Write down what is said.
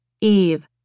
Eve